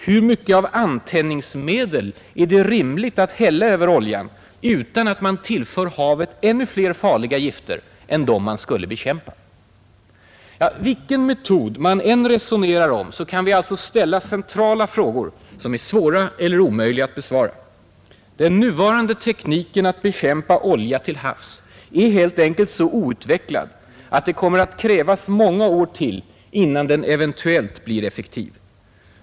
Hur mycket av antändningsmedel är det rimligt att hälla över oljan utan att man tillför havet ännu fler farliga gifter än dem man skulle bekämpa? Vilken metod man än resonerar om, kan vi alltså ställa centrala frågor som är svåra eller omöjliga att besvara. Den nuvarande tekniken att bekämpa olja till havs är helt enkelt så outvecklad att det kommer att krävas många år till innan den, eventuellt, blir effektiv.